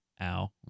Ow